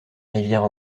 rivière